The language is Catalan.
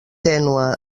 tènue